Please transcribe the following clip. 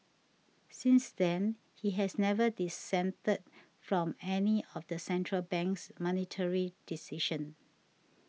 since then he has never dissented from any of the central bank's monetary decisions